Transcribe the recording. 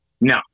No